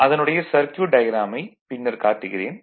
அதனுடைய சர்க்யூட் டயாக்ராமைப் பின்னர் காட்டுகிறேன்